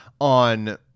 on